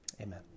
Amen